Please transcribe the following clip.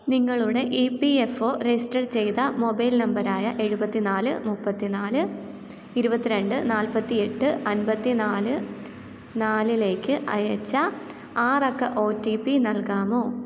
നിങ്ങളുടെ E P F O register ചെയ്ത mobile number ആയ എഴുപത്തിനാല് മുപ്പത്തിനാല് ഇരുപത്തിരണ്ട് നാല്പത്തിയെട്ട് അൻപത്തിനാല് നാലിലേക്ക് അയച്ച ആറക്ക ഒ ടി പി നൽകാമോ